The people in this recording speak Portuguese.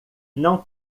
não